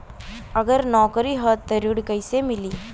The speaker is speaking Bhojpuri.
अगर नौकरी ह त ऋण कैसे मिली?